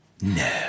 No